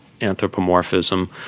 anthropomorphism